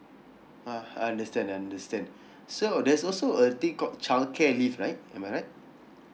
uh I understand I understand so there's also a thing called childcare leave right am I right